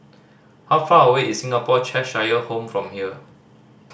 how far away is Singapore Cheshire Home from here